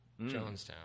Jonestown